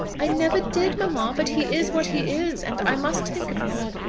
i never did, mamma but he is what he is, and i must think of him.